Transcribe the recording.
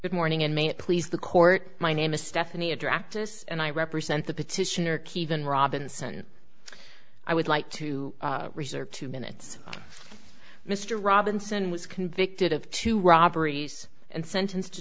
good morning and may it please the court my name is stephanie a drac this and i represent the petitioner keven robinson i would like to reserve two minutes mr robinson was convicted of two robberies and sentenced to